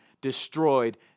destroyed